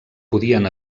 podien